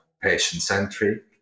patient-centric